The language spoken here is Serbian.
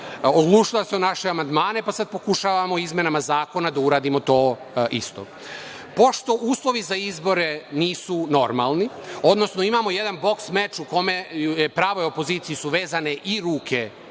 Oglušila se o naše amandmane, pa sada pokušavamo izmenama zakona izmenama to isto. Pošto uslovi za izbore nisu normalni, odnosno imamo jedan boks-meč u kome su pravoj opoziciji vezane i ruke